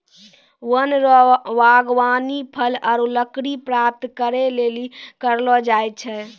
वन रो वागबानी फल आरु लकड़ी प्राप्त करै लेली करलो जाय छै